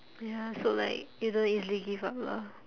ya so like you don't easily give up lah